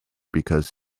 because